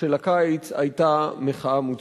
של הקיץ היתה מחאה מוצדקת.